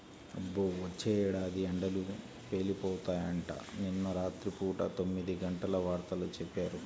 అబ్బో, వచ్చే ఏడాది ఎండలు పేలిపోతాయంట, నిన్న రాత్రి పూట తొమ్మిదిగంటల వార్తల్లో చెప్పారు